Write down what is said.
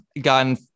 gotten